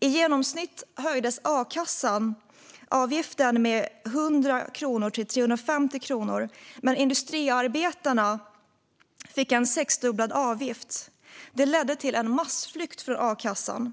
I genomsnitt höjdes a-kasseavgiften med 100-350 kronor. Men industriarbetarna fick en sexdubblad avgift. Det ledde till en massflykt från a-kassan.